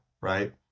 right